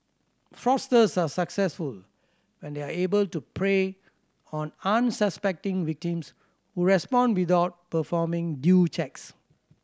fraudsters are successful when they are able to prey on unsuspecting victims who respond without performing due checks